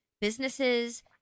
businesses